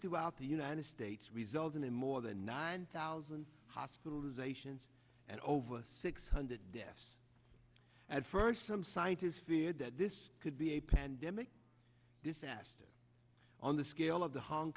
throughout the united states resulting in more than nine thousand hospitalizations and over six hundred deaths at first some scientists fear that this could be a pandemic this asked on the scale of the hong